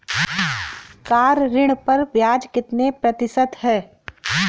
Car ऋण पर ब्याज कितने प्रतिशत है?